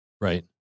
Right